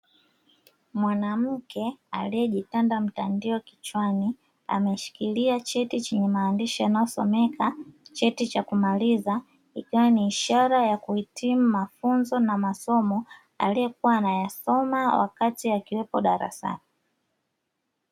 Mwanamke aliyejitanda mtandio kichwani, ameshikilia cheti chenye maandishi yanayosomeka "cheti cha kumaliza", ikiwa ni ishara ya kuhitimu mafunzo na masomo aliyokuwa anayasoma wakati akiwepo darasani.